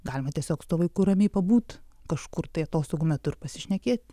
galima tiesiog su vaiku ramiai pabūt kažkur tai atostogų metu ir pasišnekėt